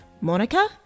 Monica